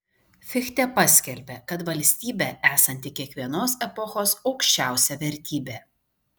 fichtė paskelbė kad valstybė esanti kiekvienos epochos aukščiausia vertybė